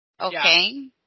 Okay